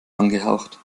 angehaucht